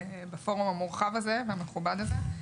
בפורום המורחב והמכובד הזה.